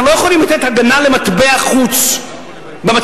אנחנו לא יכולים לתת הגנה למטבע חוץ במצב